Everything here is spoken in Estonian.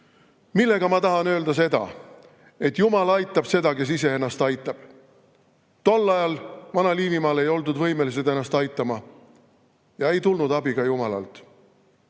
Sellega ma tahan öelda, et jumal aitab seda, kes ise ennast aitab. Tol ajal Vana-Liivimaal ei oldud võimelised ennast aitama ja ei tulnud abi ka jumalalt